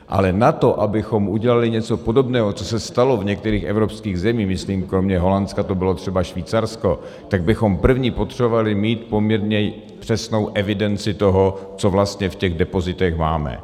Ale na to, abychom udělali něco podobného, co se stalo v některých evropských zemích myslím, kromě Holandska to bylo třeba Švýcarsko , tak bychom první potřebovali mít poměrně přesnou evidenci toho, co vlastně v těch depozitech máme.